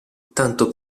tanto